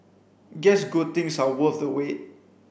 guess good things are worth the wait